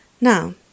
Now